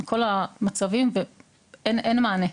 עם כל המצבים ואין מענה.